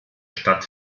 stadt